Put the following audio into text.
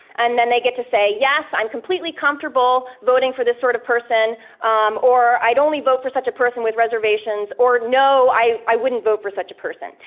and then they get to say, yes, i'm completely comfortable voting for this sort of person or i'd only vote for such a person with reservations, or no, i wouldn't vote for such a person.